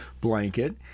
blanket